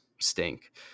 stink